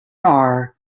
are